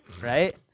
Right